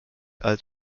als